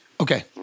Okay